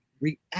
react